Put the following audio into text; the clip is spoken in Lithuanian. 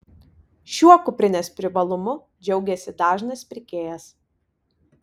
šiuo kuprinės privalumu džiaugiasi dažnas pirkėjas